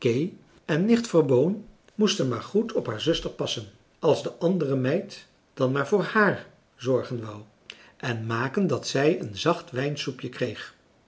en nicht verboon moesten maar goed op haar zuster passen als de andere meid dan maar voor hààr zorgen wou en maken dat zij een zacht wijnsoepje kreeg